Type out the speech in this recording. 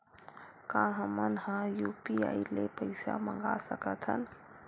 का हमन ह यू.पी.आई ले पईसा मंगा सकत हन?